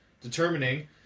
determining